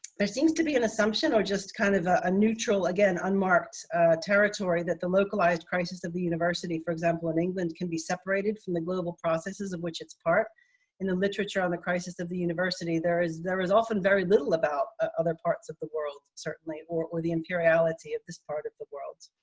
there seems to be an assumption or just kind of a neutral, again, unmarked territory, that the localized crisis of the university. for example in england, can be separated from the global processes in which its part in the literature on the crisis of the university there is. there is often very little about other parts of the world, certainly, or or the inferiority of this part of the world.